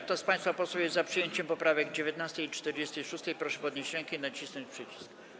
Kto z państwa posłów jest za przyjęciem poprawek 19. i 46., proszę podnieść rękę i nacisnąć przycisk.